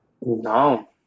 No